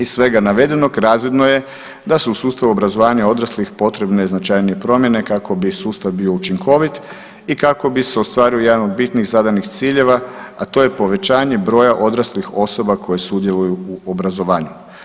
Iz svega navedenog, razvidno je da su u sustavu obrazovanja odraslih potrebne značajnije promjene kako bi sustav bio učinkovit i kako bi se ostvario jedan od bitnih zadanih ciljeva, a to je povećanje broja odraslih osoba koje sudjeluju u obrazovanju.